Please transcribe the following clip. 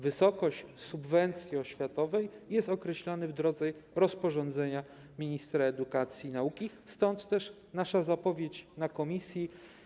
Wysokość subwencji oświatowej jest określana w drodze rozporządzenia ministra edukacji i nauki, stąd też nasza zapowiedź w komisji.